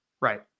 Right